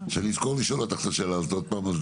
שאני אזכור לשאול אותך את השאלה הזאת עוד פעם.